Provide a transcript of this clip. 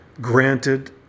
granted